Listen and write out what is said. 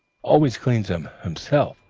always cleans them himself,